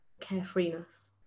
carefreeness